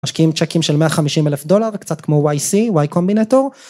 משקיעים צ'קים של 150 אלף דולר, קצת כמו YC, Y Combinator.